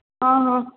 ହଁ